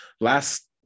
last